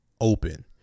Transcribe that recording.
open